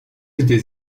gdy